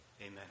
Amen